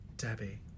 Debbie